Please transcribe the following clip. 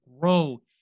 grow